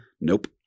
Nope